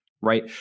Right